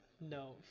No